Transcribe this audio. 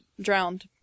drowned